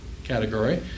category